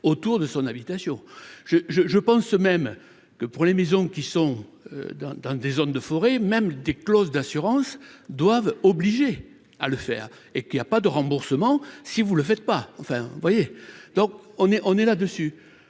autour de son habitation, je, je, je pense même que pour les maisons qui sont dans dans des zones de forêts même des clauses d'assurance doivent obliger à le faire et qu'il y a pas de remboursement, si vous le faites pas, enfin vous